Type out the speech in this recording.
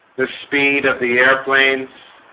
the speed of the airplanes